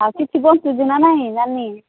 ଆଉ କିଛି ବଞ୍ଚୁଛି ନା ନାହିଁ ନାନୀ